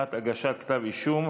מחמת הגשת כתב אישום).